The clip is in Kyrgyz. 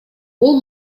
бул